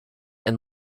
and